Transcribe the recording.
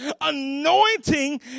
Anointing